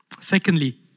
Secondly